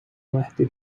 مهدی